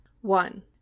one